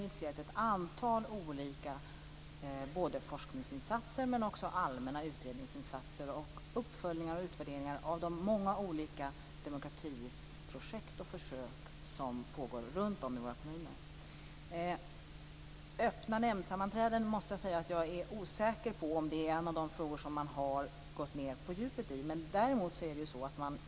Utredningen har initierat forskningsinsatser, allmänna utredningsinsatser, uppföljningar och utredningar av de många olika demokratiprojekt och försök som pågår runtom i våra kommuner. Jag är osäker på om man har gått ned på djupet i frågan om öppna nämndsammanträden.